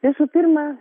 visų pirma